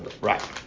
Right